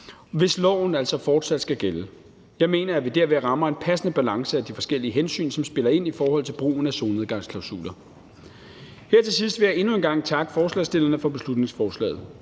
hvis loven altså fortsat skal gælde. Jeg mener, at vi derved rammer en passende balance mellem de forskellige hensyn, som spiller ind i forhold til brugen af solnedgangsklausuler. Her til sidst vil jeg endnu en gang takke forslagsstillerne for beslutningsforslaget.